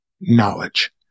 knowledge